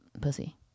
pussy